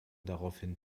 daraufhin